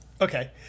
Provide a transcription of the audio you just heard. Okay